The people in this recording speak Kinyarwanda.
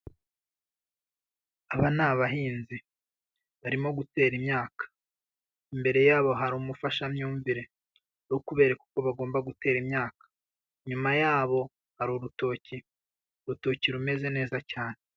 Aba ni abahinzi, barimo gutera imyaka. Imbere yabo hari umufashamyumvire, uri ukubereka uko bagomba gutera imyaka. Inyuma yabo hari urutoki, urutoki rumeze neza cyane.